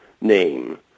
name